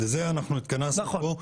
לשם זה אנחנו התכנסנו פה,